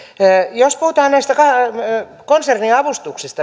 jos puhutaan näistä konserniavustuksista